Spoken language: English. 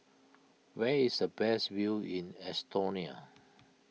where is the best view in Estonia